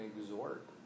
exhort